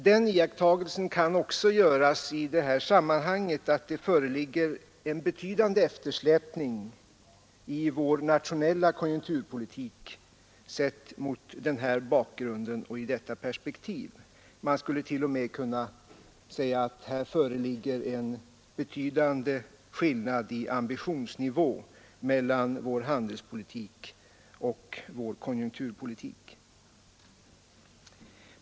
Den iakttagelsen kan också göras i detta sammanhang att det föreligger en eftersläpning i vår nationella konjunkturpolitik sett mot denna bakgrund och i detta perspektiv. Det föreligger alltså en betydande skillnad i ambitionsnivå mellan vår handelspolitik och vår konjunkturpolitik.